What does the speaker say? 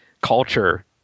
culture